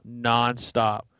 nonstop